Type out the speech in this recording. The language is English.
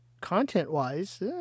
content-wise